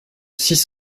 six